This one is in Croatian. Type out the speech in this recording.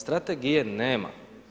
Strategije nema.